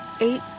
eight